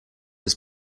his